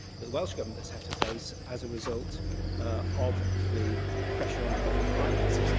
the the welsh government has had to face as a result of the pressure on public finances,